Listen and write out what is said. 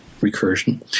recursion